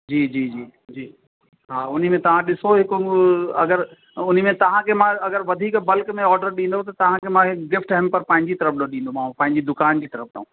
जी जी जी जी हा हुन में तव्हां ॾिसो हिकु अगरि हुन में तव्हांखे मां अगरि वधीक बल्क में ऑडर ॾींदो त तव्हांखे मां हिकु गिफ़्ट हैमपर पंहिंजी तर्फ़ु ॾों ॾींदोमांव पेईजी दुकान जी तर्फ़ु ॾों